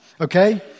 okay